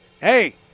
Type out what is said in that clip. hey